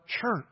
church